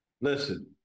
Listen